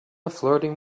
flirting